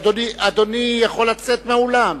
אדוני יכול לצאת מהאולם.